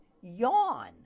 yawn